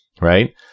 right